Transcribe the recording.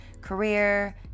career